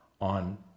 on